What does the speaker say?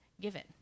given